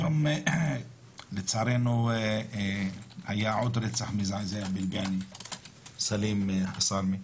היום לצערנו היה עוד רצח מזעזע של סלים חסאמי.